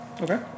Okay